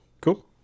Cool